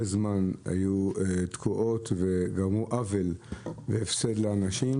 זמן היו תקועות וזה גרם עוול והפסד לאנשים,